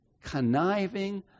conniving